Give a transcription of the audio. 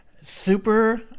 super